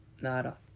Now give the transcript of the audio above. Nada